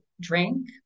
drink